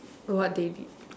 what they did